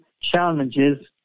challenges